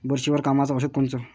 बुरशीवर कामाचं औषध कोनचं?